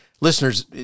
listeners